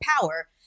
power